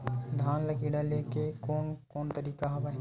धान ल कीड़ा ले के कोन कोन तरीका हवय?